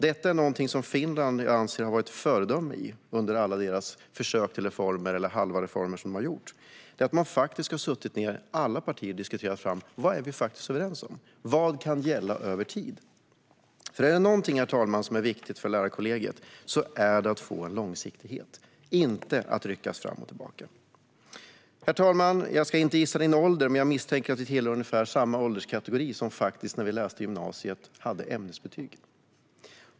Detta är ett område där Finland anser att vi har varit ett föredöme under alla försök till reformer eller halva reformer som man gjort. Alla partier har suttit ned och diskuterat vad de är överens om och vad som kan gälla över tid. Är det någonting som är viktigt för lärarkollegiet, herr talman, är det nämligen att få långsiktighet och inte ryckas fram och tillbaka. Herr talman! Jag ska inte gissa din ålder, men jag misstänker att vi tillhör ungefär samma ålderskategori - den som när vi läste på gymnasiet hade ämnesbetyg.